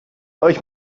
euch